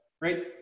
Right